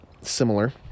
similar